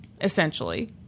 essentially